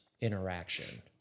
interaction